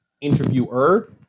interviewer